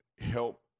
help